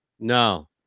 No